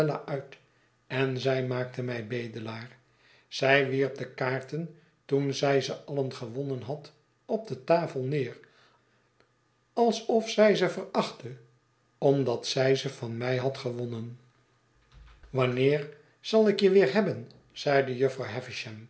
en zij maakte mij bedelaar zij wierp de kaarten toen zij ze alien gewonnen had op de tafel neer alsof zij ze verachtte omdat zij ze van mij had gewonnen wanneer zai ik je weer hebben zeide jufvrouw